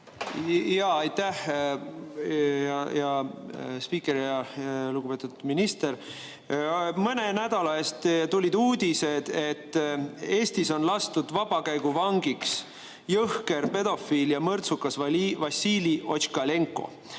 Aitäh, hea spiiker! Lugupeetud minister! Mõne nädala eest tulid uudised, et Eestis on lastud vabakäiguvangiks jõhker pedofiil ja mõrtsukas Vassili Otškalenko,